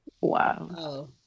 Wow